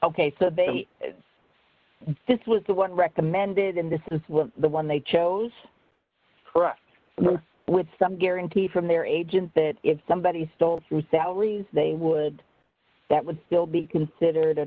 purchase this was the one recommended and this is the one they chose for us with some guarantee from their agent that if somebody stole their salaries they would that would still be considered a